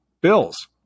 bills